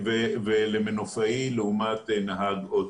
ולמנופאי לעומת נהג אוטובוס.